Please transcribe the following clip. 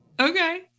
Okay